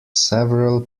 several